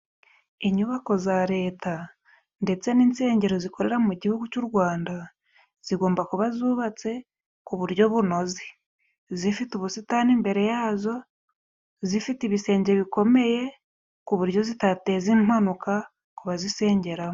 Inyubako za leta ndetse n'insengero zikorera mu gihugu cy'u Rwanda, zigomba kuba zubatse ku buryo bunoze. Zifite ubusitani imbere ya zo, zifite ibisenge bikomeye, ku buryo zitateza impanuka ku bazisengera.